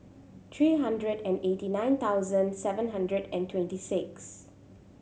three hundred and eighty nine thousand seven hundred and twenty six